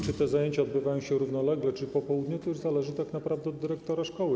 Czy te zajęcia odbywają się równolegle czy po południu, to już tak naprawdę zależy od dyrektora szkoły.